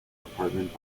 apartment